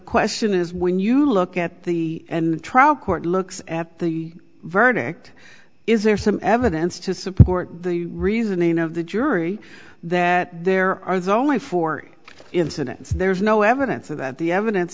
question is when you look at the trial court looks at the verdict is there some evidence to support the reasoning of the jury that there are the only four incidents there's no evidence of that the evidence